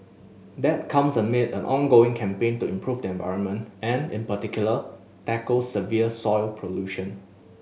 that comes amid an ongoing campaign to improve the environment and in particular tackle severe soil pollution